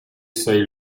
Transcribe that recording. sei